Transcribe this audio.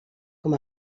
com